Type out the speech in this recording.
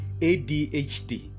ADHD